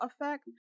effect